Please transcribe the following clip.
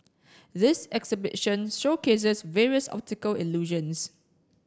this exhibition showcases various optical illusions